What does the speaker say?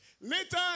later